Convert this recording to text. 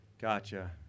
Gotcha